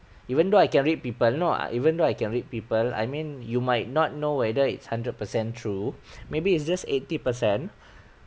even though I can read people no even though I can read people I mean you might not know whether it's hundred percent true maybe it's just eighty percent